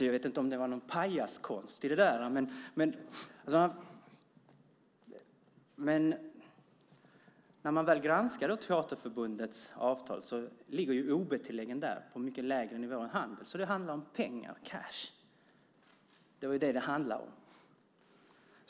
Jag vet inte om det var någon pajaskonst i det, men när man väl granskar Teaterförbundets avtal ser man att ob-tilläggen där ligger på en mycket lägre nivå än inom Handels. Alltså handlar det om pengar, cash. Det var det som det handlade om.